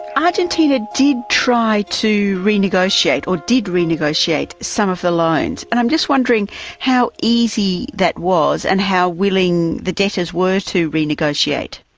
argentina did try to renegotiate, or did renegotiate some of the loans. and i'm just wondering how easy that was, and how willing the debtors were to renegotiate.